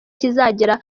kizagera